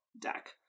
deck